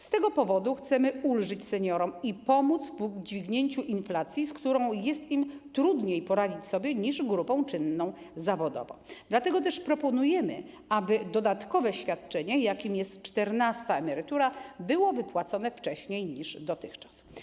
Z tego powodu chcemy ulżyć seniorom i pomóc w udźwignięciu inflacji, z którą jest im trudniej poradzić sobie niż grupom czynnym zawodowo, dlatego też proponujemy, aby dodatkowe świadczenie, jakim jest czternasta emerytura, było wypłacone wcześniej niż dotychczas.